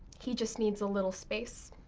he just needs a little space.